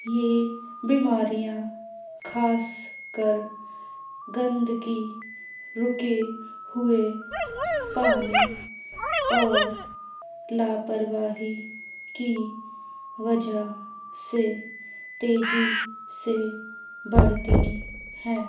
یہ بیماریاں خاص کر گندگی رکے ہوئے پانی اور لاپرواہی کی وجہ سے تیزی سے بڑھتی ہیں